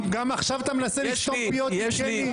גם עכשיו אתה מנסה לסתום פיות, יבגני?